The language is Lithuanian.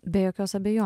be jokios abejo